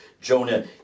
Jonah